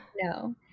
no